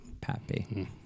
Pappy